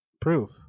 proof